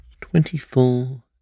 Twenty-four